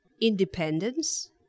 independence